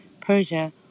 Persia